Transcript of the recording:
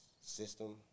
system